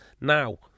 now